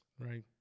Right